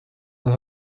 they